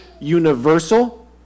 universal